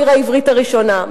העיר העברית הראשונה,